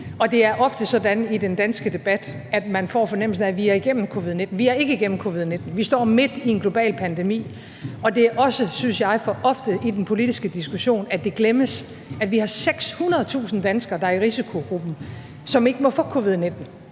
Det er ofte sådan i den danske debat, at man får fornemmelsen af, at vi er igennem covid-19. Vi er ikke igennem covid-19. Vi står midt i en global pandemi, og det er også, synes jeg, for ofte i den politiske diskussion, at det glemmes, at vi har 600.000 danskere, der er i risikogruppen, som ikke må få covid-19,